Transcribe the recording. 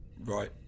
Right